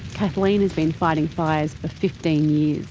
kathleen has been fighting fires for fifteen years.